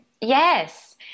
yes